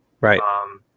Right